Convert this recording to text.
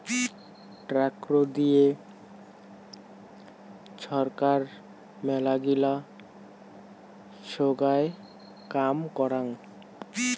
tax দিয়ে ছরকার মেলাগিলা সোগায় কাম করাং